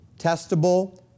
testable